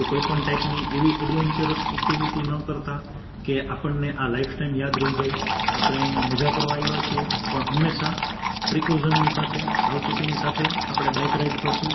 તો કોઈપણ ટાઈપની એવી એડવેન્ચર્સ એક્ટિવિટી ન કરતાં કે આપણને આ લાઈફ ટાઈમ યાદ રહી જાય આપણે અહીંયા મજા કરવા આવ્યા છીએ પણ હંમેશા પ્રિકોશનની સાથે સાવચેતીની સાથે આપણે બાઈક રાઈડ કરશું